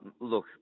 Look